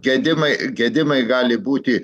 gedimai gedimai gali būti